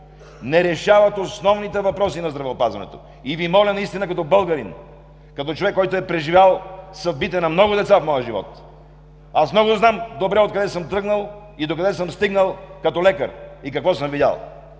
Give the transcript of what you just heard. не решават основните въпроси на здравеопазването. И Ви моля като българин, като човек, който е преживял съдбите на много деца в моя живот – аз много добре знам откъде съм тръгнал и докъде съм стигнал като лекар и какво съм видял,